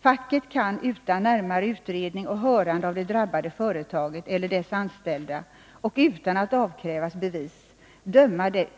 Facket kan utan närmare utredning och hörande av det drabbade företaget eller dess anställda och utan bevis döma det